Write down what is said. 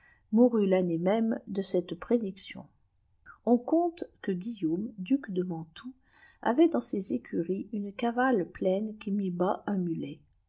mourut l'année même de cette prédiction on conte que guillaume duc de mantoue avait dans ses écuries une cavale pleine qui mit bas un mulet